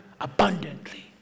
abundantly